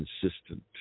consistent